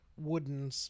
wooden